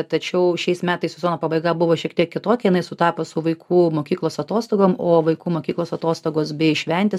tačiau šiais metais sezono pabaiga buvo šiek tiek kitokia jinai sutapo su vaikų mokyklos atostogom o vaikų mokyklos atostogos bei šventės